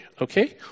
Okay